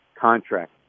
contract